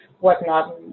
Whatnot